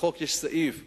בחוק יש סעיף שאומר,